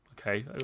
okay